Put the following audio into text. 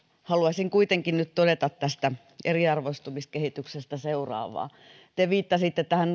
haluaisin kuitenkin nyt todeta eriarvoistumiskehityksestä seuraavaa te viittasitte tähän